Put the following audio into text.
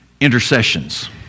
intercessions